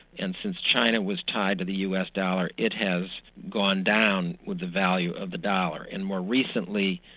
and since china was tied to the us dollar it has gone down with the value of the dollar, and more recently,